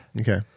Okay